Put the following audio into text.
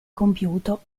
compiuto